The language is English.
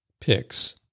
picks